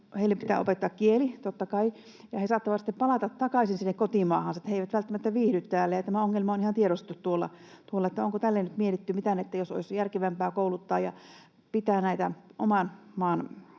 pitää opettaa kieli, totta kai, ja he saattavat sitten palata takaisin sinne kotimaahansa. He eivät välttämättä viihdy täällä. Tämä ongelma on ihan tiedostettu tuolla. Onko tähän nyt mietitty, että mitä jos olisi järkevämpää kouluttaa ja pitää näitä oman maan